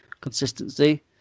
consistency